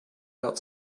out